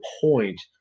point